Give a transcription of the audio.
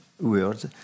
words